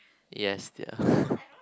yes dear